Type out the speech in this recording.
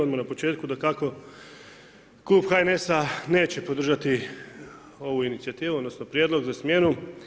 Odmah na početku dakako Klub HNS-a neće podržati ovu inicijativu odnosno prijedlog za smjenu.